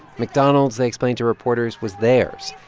mcdonald's, they explained to reporters, was theirs.